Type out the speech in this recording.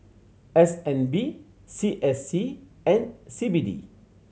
S N B C S C and C B D